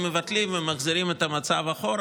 הם מבטלים ומחזירים את המצב אחורה.